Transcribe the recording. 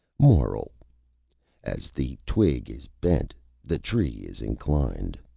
moral as the twig is bent the tree is inclined.